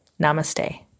Namaste